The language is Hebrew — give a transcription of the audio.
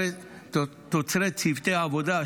תוצרי צוותי העבודה,